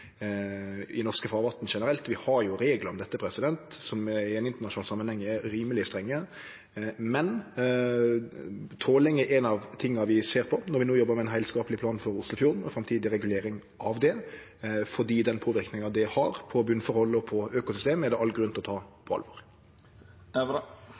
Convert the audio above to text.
i norske farvatn generelt. Vi har reglar om dette som i internasjonal samanheng er rimeleg strenge, men tråling er noko av det vi ser på når vi no jobbar med ein heilskapleg plan for Oslofjorden og framtidig regulering, for den påverknaden det har på botnforhold og på økosystem, er det all grunn til å ta